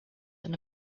than